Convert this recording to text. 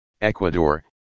Ecuador